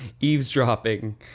Eavesdropping